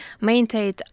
maintain